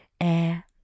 Air